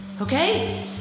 okay